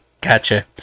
Gotcha